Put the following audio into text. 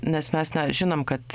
nes mes žinom kad